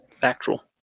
factual